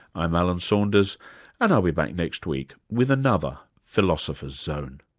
i'm alan saunders and i'll be back next week with another philosopher's zone